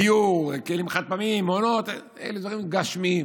דיור, כלים חד-פעמיים, מעונות, אלו דברים גשמיים,